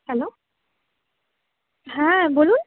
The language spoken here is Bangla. হ্যালো হ্যাঁ বলুন